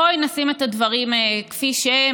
בואי נשים את הדברים כפי שהם.